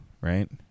right